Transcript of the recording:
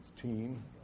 team